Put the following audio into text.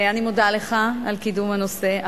אני מודה לך על קידום הנושא,